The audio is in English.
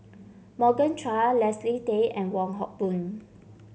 Morgan Chua Leslie Tay and Wong Hock Boon